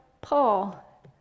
Paul